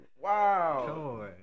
wow